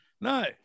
No